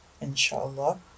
inshallah